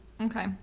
Okay